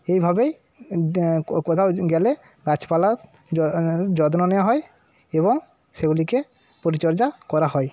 এইভাবেই কোথাও গেলে গাছপালার যত্ন নেওয়া হয় এবং সেগুলিকে পরিচর্যা করা হয়